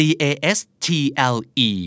Castle